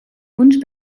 wunsch